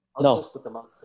No